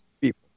people